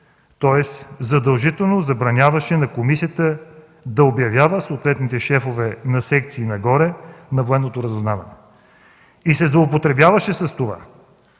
тоест задължително забраняваше на комисията да обявява съответните шефове на секции и нагоре на Военното разузнаване и се злоупотребяваше се с това,